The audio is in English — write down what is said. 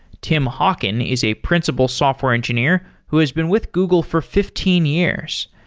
tim hocking is a principle software engineer who has been with google for fifteen years.